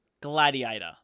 Gladiator